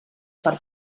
per